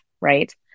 right